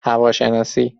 هواشناسی